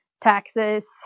taxes